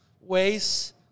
ways